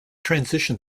transition